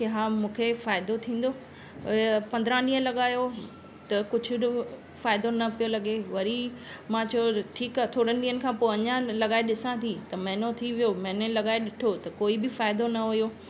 की हा मुखे फ़ाइदो थींदो पंद्रहं ॾींहं लॻायो त कुझु फ़ाइदो न पियो लॻे वरी मां चयो ठीकु आहे थोड़नि ॾींहनि खां पोइ अञा लॻाइ ॾिसां थी त महीनो थी वियो महीने लॻाइ ॾिठो त कोई बि फ़ाइदो न हुयो